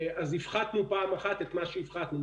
אז הפחתנו פעם אחת את מה שהפחתנו.